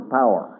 power